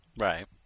Right